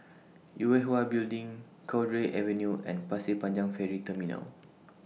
Yue Hwa Building Cowdray Avenue and Pasir Panjang Ferry Terminal